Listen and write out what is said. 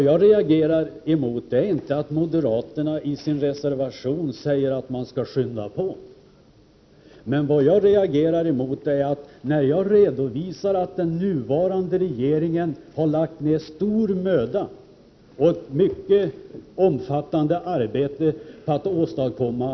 Jag reagerar inte emot att moderaterna i sin reservation säger att man skall skynda på, utan på att Elisabeth Fleetwood vidhåller att man skall gå snabbare fram, utan att man har någon idé om hur arbetet skall påskyndas.